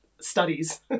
studies